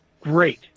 great